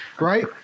right